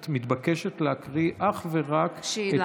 את מתבקשת להקריא אך ורק, שאלה.